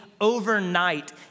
overnight